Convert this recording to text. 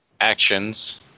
actions